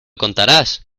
contarás